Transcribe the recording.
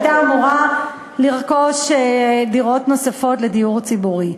היא הייתה אמורה לרכוש דירות נוספות לדיור הציבורי.